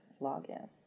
login